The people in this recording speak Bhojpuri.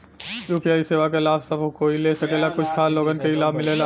यू.पी.आई सेवा क लाभ सब कोई ले सकेला की कुछ खास लोगन के ई लाभ मिलेला?